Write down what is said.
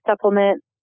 supplement